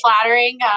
flattering